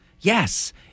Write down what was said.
yes